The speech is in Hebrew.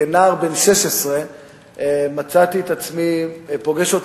כנער בן 16 מצאתי את עצמי פוגש אותו